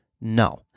No